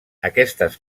aquestes